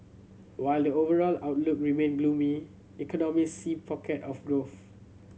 while the overall outlook remain gloomy economists see pocket of growth